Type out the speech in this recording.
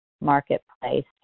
marketplace